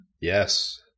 Yes